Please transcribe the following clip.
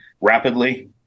rapidly